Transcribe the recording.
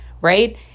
right